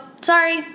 sorry